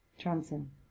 johnson